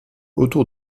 autour